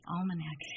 Almanac